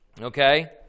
okay